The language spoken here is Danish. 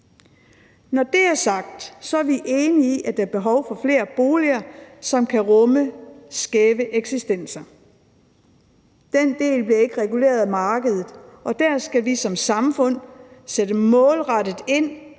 Når det er sagt, er vi enige i, at der er behov for flere boliger, som kan rumme skæve eksistenser. Den del bliver ikke reguleret af markedet, og der skal vi som samfund sætte målrettet ind